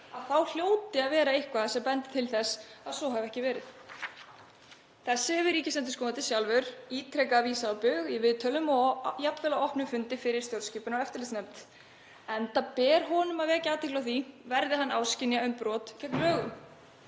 lög þá hljóti að vera eitthvað sem bendi til þess að svo hafi ekki verið. Þessu hefur ríkisendurskoðandi sjálfur ítrekað vísað á bug í viðtölum og jafnvel á opnum fundi fyrir stjórnskipunar- og eftirlitsnefnd, enda ber honum að vekja athygli á því verði hann áskynja um brot gegn lögum.